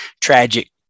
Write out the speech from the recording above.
tragic